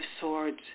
Swords